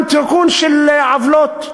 גם תיקון של עוולות,